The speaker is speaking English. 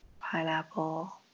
pineapple